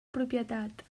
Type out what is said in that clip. propietat